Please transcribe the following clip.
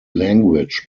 language